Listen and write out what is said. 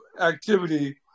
activity